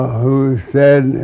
who said,